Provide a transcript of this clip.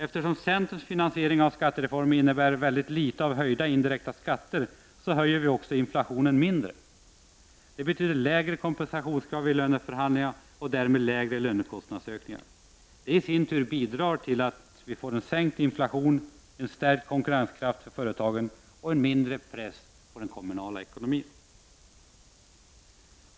Eftersom centerns finansiering av skattereformen innebär väldigt litet av höjda indirekta skatter, ökar därmed också inflationen mindre. Det betyder lägre kompensationskrav i löneförhandlingarna och därmed lägre lönekostnadsökningar. Det i sin tur bidrar till sänkt inflation, stärkt konkurrenskraft för företagen och en mindre press på kommunernas ekonomi.